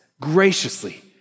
graciously